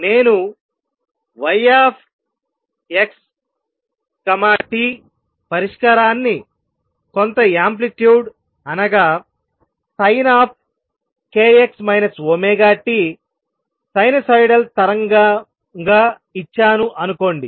నేను yxt పరిష్కారాన్ని కొంత యాంప్లిట్యూడ్ అనగా Sinkx ωt సైనూసోయిడల్ తరంగం గా ఇచ్చాను అనుకోండి